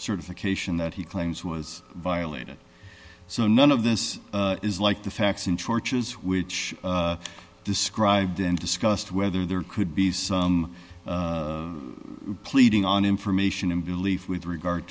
certification that he claims was violated so none of this is like the facts in churches which described and discussed whether there could be some pleading on information and belief with regard